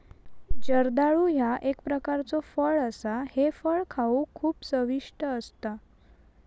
जर्दाळू ह्या एक प्रकारचो फळ असा हे फळ खाउक खूप चविष्ट असता